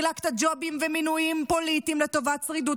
חילקת ג'ובים ומינויים פוליטיים לטובת שרידות